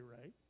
right